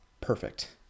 perfect